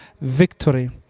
Victory